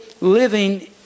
living